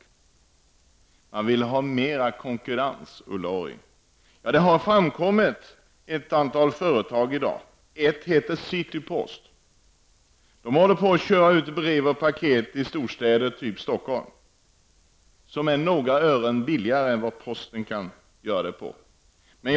Ulla Orring vill ha mera konkurrens. Det har dykt upp några företag. Ett heter City Post. De kör ut brev och paket i storstäder som Stockholm. Körningarna är några ören billigare än vad posten tar betalt.